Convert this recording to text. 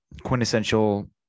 quintessential